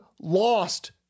lost